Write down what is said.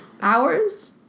hours